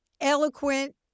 eloquent